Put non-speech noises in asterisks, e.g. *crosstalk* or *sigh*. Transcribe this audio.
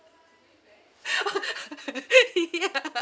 *laughs* yeah *laughs*